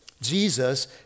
Jesus